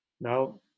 now